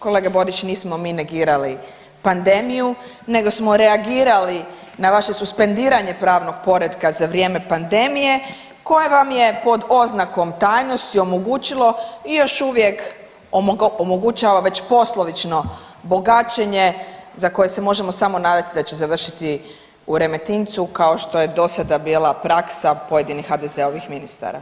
Kolega Borić nismo mi negirali pandemiju, nego smo reagirali na vaše suspendiranje pravnog poretka za vrijeme pandemije koje vam je pod oznakom tajnosti omogućilo i još uvijek omogućava već poslovično bogaćenje za koje se možemo samo nadati da će završiti u Remetincu kao što je do sada bila praksa pojedinih HDZ-ovih ministara.